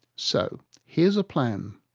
so here's a plan.